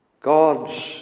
God's